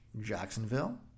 Jacksonville